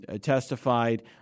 testified